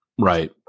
Right